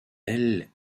elle